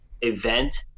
event